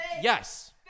Yes